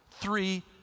three